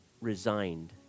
resigned